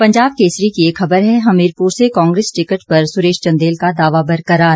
पंजाब केसरी की एक खबर है हमीरपुर से कांग्रेस टिकट पर सुरेश चंदेल का दावा बरकरार